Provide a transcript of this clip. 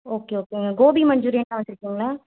okay ஓகேங்க கோபி மஞ்சூரியனெலாம் வச்சுருக்கீங்களா